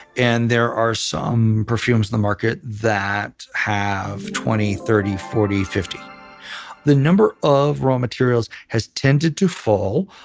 and there are some perfumes in the market that have twenty, thirty, forty, fifty the number of raw materials has tended to fall,